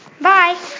Bye